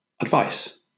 Advice